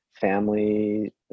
family